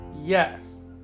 Yes